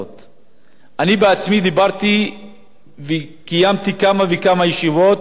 אני עצמי קיימתי כמה וכמה ישיבות עם השר